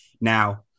Now